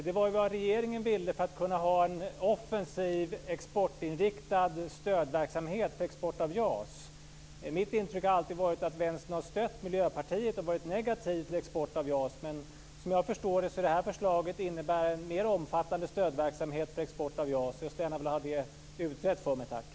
Det var vad regeringen ville för att kunna ha en offensiv exportinriktad stödverksamhet för export av JAS. Mitt intryck har alltid varit att Vänstern har stött Miljöpartiet och varit negativa till export av JAS, men såvitt jag förstår innebär det här förslaget en mer omfattande stödverksamhet för export av JAS. Jag skulle gärna vilja ha det utrett.